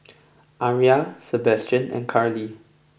Aria Sebastian and Carli